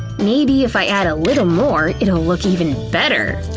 maybe if i add a little more it'll look even better!